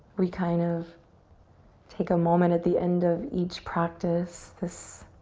we kind of take a moment at the end of each practice, this